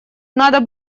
надо